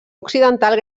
occidental